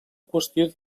qüestió